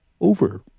over